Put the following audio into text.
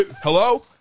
Hello